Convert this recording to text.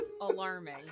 Alarming